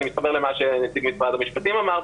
ואני מתחבר למה שנציג משרד המשפטים אמר,